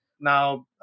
Now